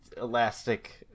Elastic